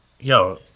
yo